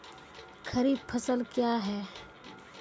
खरीफ फसल क्या हैं?